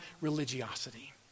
religiosity